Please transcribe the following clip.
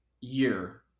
year